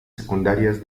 secundarias